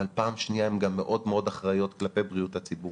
אבל פעם שנייה הן גם מאוד מאוד אחראיות כלפי בריאות הציבור.